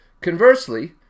Conversely